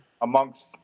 amongst